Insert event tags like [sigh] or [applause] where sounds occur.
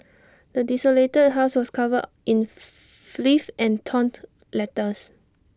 the desolated house was covered in filth and torn [noise] letters